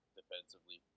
defensively